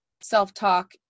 self-talk